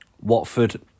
Watford